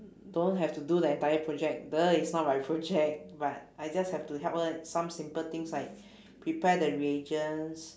don't have to do the entire project !duh! it's not my project but I just have to help her some simple things like prepare the reagents